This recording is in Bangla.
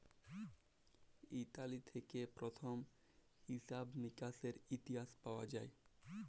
ইতালি থেক্যে প্রথম হিছাব মিকাশের ইতিহাস পাওয়া যায়